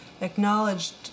acknowledged